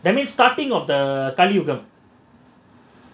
that means starting of the Kaliyugam